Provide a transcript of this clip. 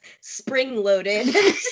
spring-loaded